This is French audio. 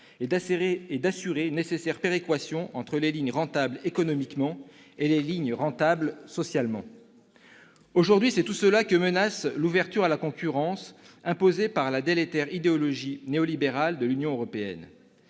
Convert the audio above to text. et d'assurer une nécessaire péréquation entre les lignes rentables économiquement et les lignes rentables socialement. Aujourd'hui, c'est tout cela que menace l'ouverture à la concurrence imposée par la délétère idéologie néolibérale de l'Union européenne.